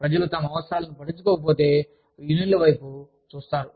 ప్రజలు తమ అవసరాలను పట్టించుకోక పోతే యూనియన్ల వైపు చూస్తారు